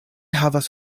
havas